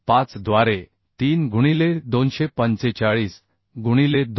25 द्वारे 3 गुणिले 245 गुणिले 2